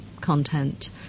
content